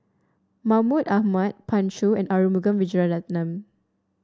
Mahmud Ahmad Pan Shou and Arumugam Vijiaratnam